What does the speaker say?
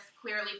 clearly